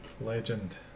Legend